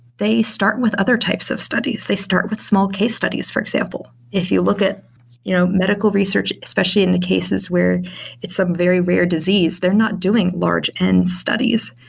they start with other types of studies. they start with small case studies, for example. if you look at you know medical research, especially in the cases where it's a very rare disease, they're not doing large end studies.